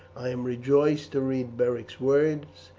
i am rejoiced to read beric's words,